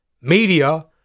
Media